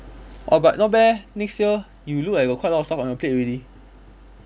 orh but not bad eh next year you look like you got quite a lot of stuff on your plate already